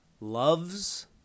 Loves